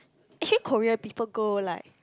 actually Korea people go like